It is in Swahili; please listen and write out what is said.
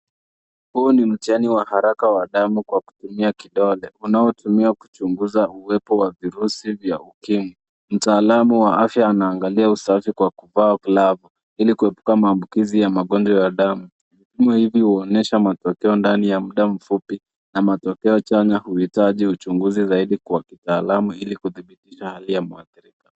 Huu ni mtihani wa haraka wa damu kwa kutumia kidole unaotumia kuchunguza uwepo wa virusi vya ukimwi. Mtaalamu wa afya anaangalia usafi kwa kuvaa glovu ili kuepuka maambukizi ya magonjwa ya damu hivi huonesha matokeo ndani ya muda mfupi na matokeo chanya huitaji uchunguzi zaidi kwa kitaalamu ili kudhibitisha hali ya muathirika.